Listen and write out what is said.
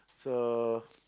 so